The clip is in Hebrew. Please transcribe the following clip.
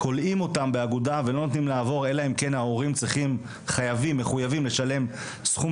כולאים אותם באגודה ולא נותנים לעבור אלא אם כן ההורים ישלמו סכום